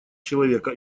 человека